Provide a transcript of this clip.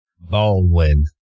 Baldwin